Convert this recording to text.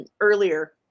earlier